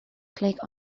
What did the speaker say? click